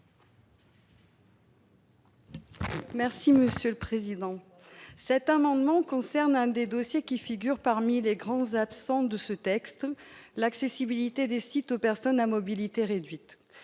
Merci monsieur le président, c'est un non concernant des dossiers qui figurent parmi les grands absents de ce texte, l'accessibilité des sites aux personnes à mobilité réduite